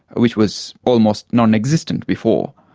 which was almost non-existent before.